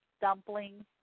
dumplings